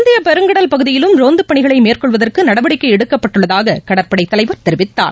இந்தியபெருங்கடல் பகுதியிலும் ரோந்தபணிகளைமேற்கொள்வதற்குநடவடிக்கைஎடுக்கப்பட்டுள்ளதாககடற்படைதலைவர் தெரிவித்தார்